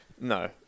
no